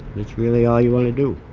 it's really all you want to do.